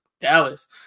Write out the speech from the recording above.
Dallas